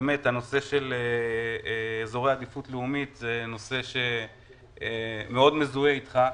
הנושא של אזורי עדיפות לאומית זה נושא שמאוד מזוהה איתך.